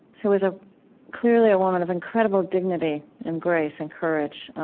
who was ah clearly a woman of incredible dignity and grace and courage,